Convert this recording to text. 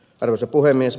arvoisa puhemies